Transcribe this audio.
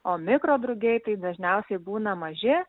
o mikro drugiai tai dažniausiai būna maži